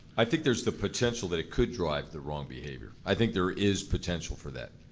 i think there's the potential that it could drive the wrong behavior. i think there is potential for that.